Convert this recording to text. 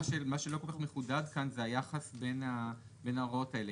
מה שלא כל כך מחודד כאן זה היחס בין ההוראות האלה